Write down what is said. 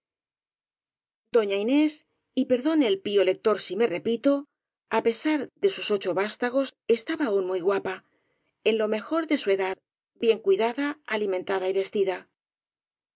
doña inés y perdone el pío lector si me repito á pesar de sus ocho vástagos estaba aún muy gua pa en lo mejor de su edad bien cuidada